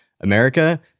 America